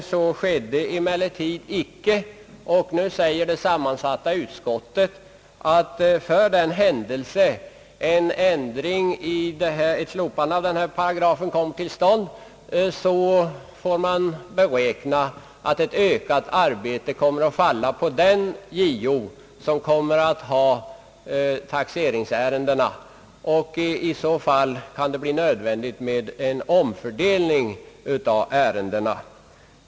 Så skedde emellertid icke, och nu säger sammansatta konstitutionsoch första lagutskottet att för den händelse denna paragraf slopas så får man beräkna att ett ökat arbete kommer att falla på den justitieombudsman som sysslar med taxeringsärendena, och att det i så fall kan bli nödvändigt med en omfördelning av ärendena.